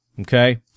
Okay